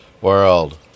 World